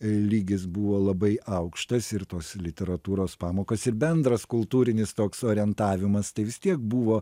lygis buvo labai aukštas ir tos literatūros pamokas ir bendras kultūrinis toks orientavimas tai vis tiek buvo